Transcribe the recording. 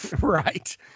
right